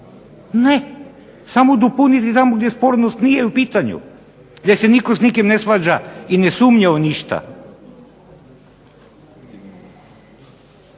ne, samo dopuniti tamo gdje spornost nije u pitanju, samo tamo gdje se nitko s nikim ne svađa i ne sumnja u ništa.